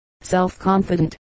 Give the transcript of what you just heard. self-confident